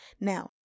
now